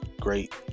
great